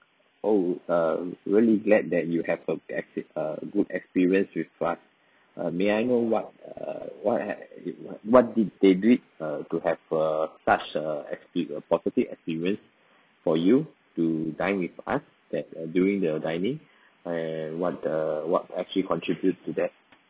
oh um really glad that you have a uh good experience with us err may I know what err what what what did they do it err to have a such a expe~ uh positive experience for you to dine with us that uh during the dining and what uh what actually contribute to that